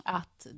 att